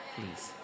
Please